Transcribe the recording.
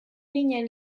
ginen